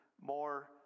more